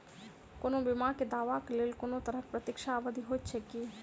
कोनो बीमा केँ दावाक लेल कोनों तरहक प्रतीक्षा अवधि होइत छैक की?